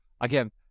again